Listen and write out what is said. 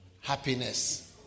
happiness